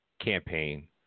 Campaign